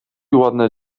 ładne